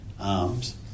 arms